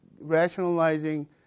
Rationalizing